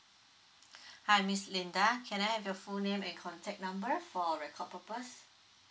hi miss Linda can I have your full name and contact number for record purpose